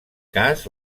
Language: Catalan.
cas